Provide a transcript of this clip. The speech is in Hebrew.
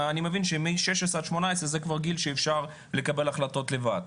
אני מבין שמ-16 עד 18 זה גיל שאפשר לקבל החלטות לבד.